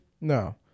No